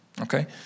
okay